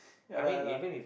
ya lah ya lah